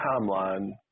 timeline